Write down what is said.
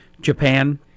Japan